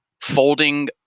Folding